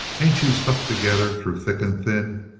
ain't you stuck together through thick and thin?